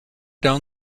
down